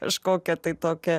kažkokia tai tokia